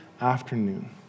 afternoon